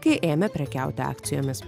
kai ėmė prekiauti akcijomis